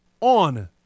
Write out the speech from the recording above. on